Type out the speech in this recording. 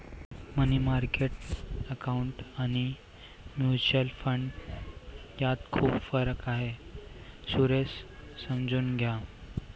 मनी market account आणि mutual fund यात खूप फरक आहे, सुरेश समजून घ्या